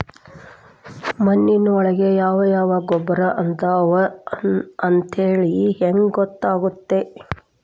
ಮಣ್ಣಿನೊಳಗೆ ಯಾವ ಯಾವ ಗೊಬ್ಬರ ಅದಾವ ಅಂತೇಳಿ ಹೆಂಗ್ ಗೊತ್ತಾಗುತ್ತೆ?